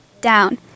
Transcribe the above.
Down